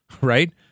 right